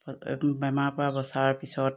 বেমাৰৰ পৰা বচাৰ পিছত